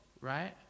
right